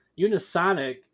Unisonic